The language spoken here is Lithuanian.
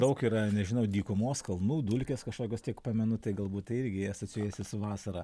daug yra nežinau dykumos kalnų dulkės kažkokios tiek pamenu tai galbūt tai irgi asocijuojasi su vasara